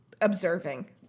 observing